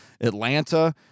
Atlanta